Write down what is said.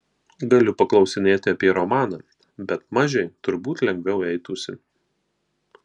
galiu paklausinėti apie romaną bet mažei turbūt lengviau eitųsi